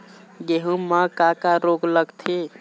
गेहूं म का का रोग लगथे?